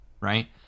Right